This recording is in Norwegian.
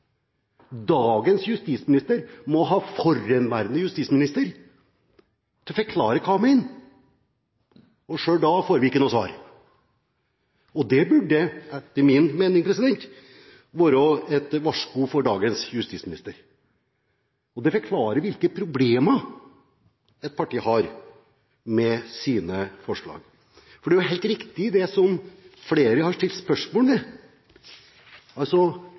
dagens justisminister å svare for. Dagens justisminister må ha forhenværende justisminister til å forklare hva hun mener. Selv da får vi ikke noe svar. Det burde etter min mening være et varsku for dagens justisminister. Det forklarer hvilke problemer et parti har med sine forslag. For det er helt riktig, det som flere har stilt spørsmål ved,